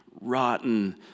rotten